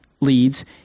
leads